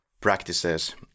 practices